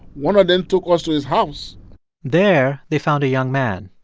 one of them took us to his house there they found a young man,